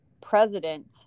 president